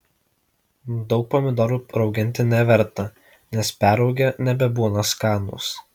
daug pomidorų rauginti neverta nes perrūgę nebebūna skanūs